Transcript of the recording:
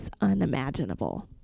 unimaginable